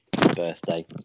birthday